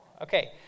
Okay